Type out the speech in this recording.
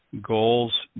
Goals